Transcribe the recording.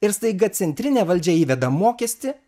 ir staiga centrinė valdžia įveda mokestį